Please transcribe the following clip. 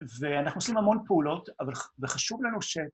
‫ואנחנו עושים המון פעולות, ‫וחשוב לנו ש...